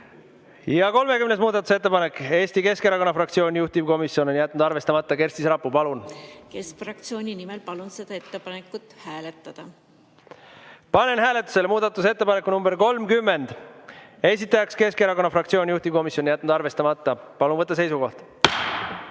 hoogu. 30. muudatusettepanek, Eesti Keskerakonna fraktsioon, juhtivkomisjon on jätnud arvestamata. Kersti Sarapuu, palun! Keskfraktsiooni nimel palun seda ettepanekut hääletada. Panen hääletusele muudatusettepaneku nr 30, esitaja on [Eesti] Keskerakonna fraktsioon, juhtivkomisjon on jätnud arvestamata. Palun võtta seisukoht!